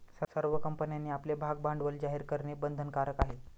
सर्व कंपन्यांनी आपले भागभांडवल जाहीर करणे बंधनकारक आहे